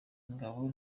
ingabo